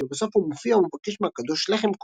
שלבסוף הוא מופיע ומבקש מהקדוש לחם קודש,